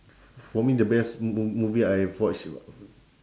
for me the best m~ m~ movie I've watch